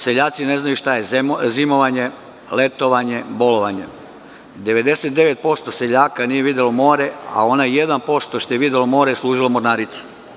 Seljaci ne znaju šta je zimovanje, letovanje, bolovanje, 99% seljaka nije videlo more, a onaj 1% što je videlo more je služilo mornaricu.